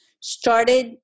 started